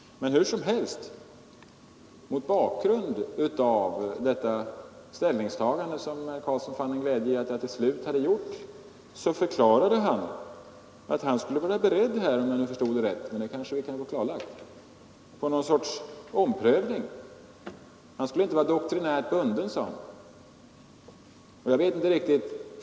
Hur som helst, mot bakgrund av det ställningstagande som herr Carlsson fann en glädje i att jag ”till slut” hade gjort, förklarade han — om jag förstod det rätt; det kanske vi kan få klarlagt — att han skulle vara beredd att göra något slags omprövning; han skulle inte vara doktrinärt bunden, sade han.